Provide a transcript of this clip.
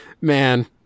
man